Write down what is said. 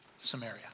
Samaria